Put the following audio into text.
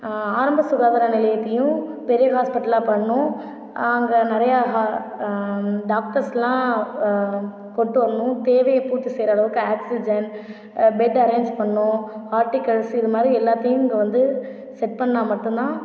ஆரம்ப சுகாதார நிலையத்திலேயும் பெரிய ஹாஸ்பிடலா பண்ணனும் அங்கே நிறைய டாக்டர்ஸ்லாம் கொண்டு வரணும் தேவையை பூர்த்தி செய்கிற அளவுக்கு ஆகிசிஜன் பெட் அரேஞ்ச் பண்ணணும் ஆர்ட்டிகல்ஸ் இது மாதிரி எல்லாத்தையும் வந்து செட் பண்ணால் மட்டும்தான்